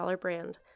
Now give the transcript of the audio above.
brand